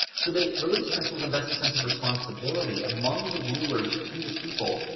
so they religious principles and best a sense of responsibility among the rulers to the people,